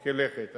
מרחיקי לכת.